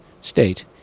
State